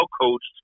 coached